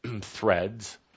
threads